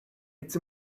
it’s